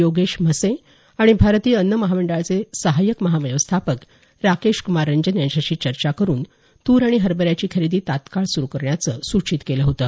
योगेश म्हसे आणि भारतीय अन्न महामंडळाचे सहाय्यक महाव्यवस्थापक राकेश कुमार रंजन यांच्याशी चर्चा करून तूर आणि हरभऱ्याची खरेदी तात्काळ सुरु करण्याचं सूचित केलं होतं